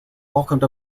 welcomed